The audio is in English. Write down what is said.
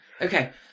Okay